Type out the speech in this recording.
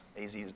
AZ